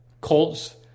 Colts